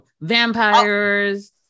vampires